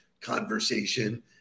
conversation